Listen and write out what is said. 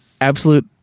absolute